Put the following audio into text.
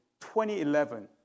2011